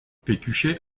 pécuchet